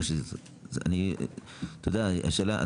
השאלה,